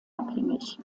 abhängig